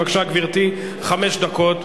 בבקשה, גברתי, חמש דקות.